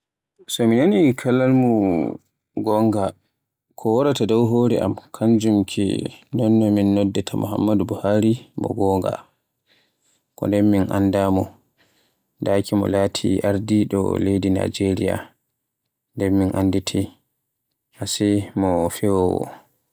So mi nani kalmu gonga, ko wawaata dow hore am kanjum ke non no min noddaata Muhammadu Buhari ko gonna, ko nden min annda mo, daaki mo laati ardido leydi Najeriya nden min anditi ase mo fewowo.